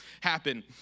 happen